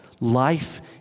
Life